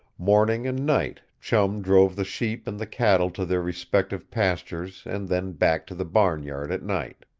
morning and night, chum drove the sheep and the cattle to their respective pastures and then back to the barnyard at night.